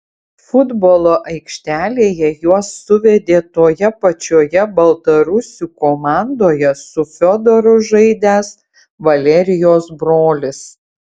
futbolo aikštelėje juos suvedė toje pačioje baltarusių komandoje su fiodoru žaidęs valerijos brolis